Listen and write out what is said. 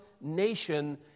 nation